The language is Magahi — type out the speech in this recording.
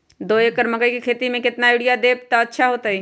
दो एकड़ मकई के खेती म केतना यूरिया देब त अच्छा होतई?